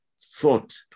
thought